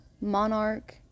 monarch